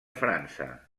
frança